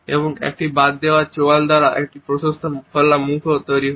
এবং একটি বাদ দেওয়া চোয়াল দ্বারা একটি প্রশস্ত খোলা মুখও তৈরি হয়